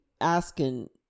asking